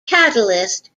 catalyst